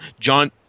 John